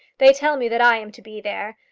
they tell me that i am to be there.